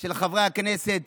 של חברי הכנסת